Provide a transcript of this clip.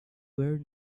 were